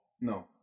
No